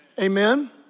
amen